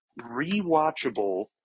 rewatchable